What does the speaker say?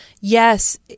yes